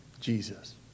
Jesus